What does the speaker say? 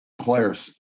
players